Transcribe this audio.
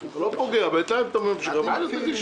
אז למה מביאים את זה לאישורנו?